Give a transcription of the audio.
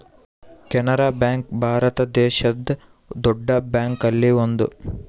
Canara bank Bharat ದೇಶದ್ ದೊಡ್ಡ bank ಅಲ್ಲಿ ಒಂದು